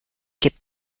gibt